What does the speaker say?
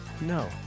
No